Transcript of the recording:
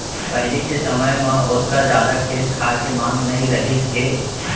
पहिली के समय म ओतका जादा खेत खार के मांग नइ रहिस हे